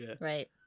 Right